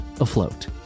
afloat